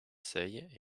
seille